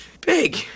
big